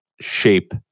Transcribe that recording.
shape